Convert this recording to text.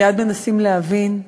מייד מנסים להבין,